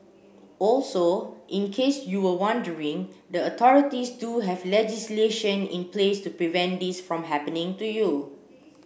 also in case you were wondering the authorities do have legislation in place to prevent this from happening to you